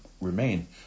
remain